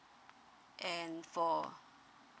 and for